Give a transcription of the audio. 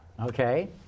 Okay